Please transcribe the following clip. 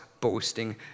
boasting